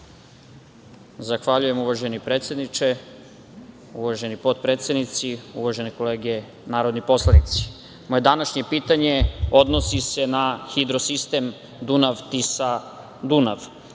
Zahvaljujem, uvaženi predsedniče. Uvaženi potpredsednici, uvažene kolege narodni poslanici, moje današnje pitanje odnosi se na hidrosistem Dunav-Tisa-Dunav. Ovaj